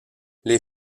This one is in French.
les